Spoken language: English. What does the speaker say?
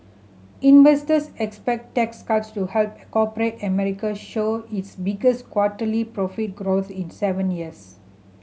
investors expect tax cuts to help corporate America show its biggest quarterly profit growth in seven years